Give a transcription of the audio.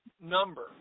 number